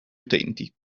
utenti